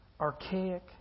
archaic